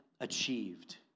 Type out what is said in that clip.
Achieved